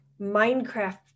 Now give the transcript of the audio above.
Minecraft